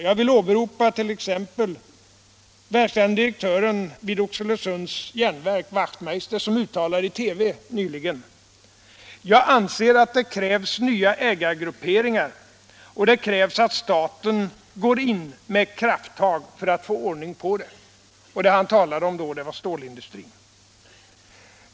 Jag vill t.ex. åberopa verkställande direktören vid Oxelösunds Järnverk, Ian Wachtmeister, som nyligen uttalade i TV att han ansåg att det krävdes nya ägargrupperingar och att staten borde gå in med krafttag för att få ordning på dessa problem. Han talade då om stålindustrin.